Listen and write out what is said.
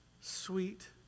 sweet